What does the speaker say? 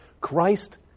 Christ